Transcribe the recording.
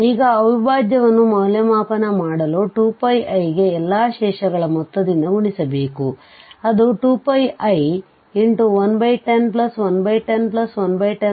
ಈಗ ಅವಿಭಾಜ್ಯವನ್ನು ಮೌಲ್ಯಮಾಪನ ಮಾಡಲು 2πiಗೆ ಎಲ್ಲಾ ಶೇಷಗಳ ಮೊತ್ತದಿಂದ ಗುಣಿಸಬೇಕುಅದು 2πi110110110110